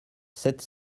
sept